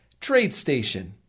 TradeStation